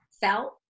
felt